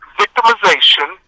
victimization